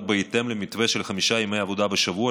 בהתאם למתווה של חמישה ימי עבודה בשבוע,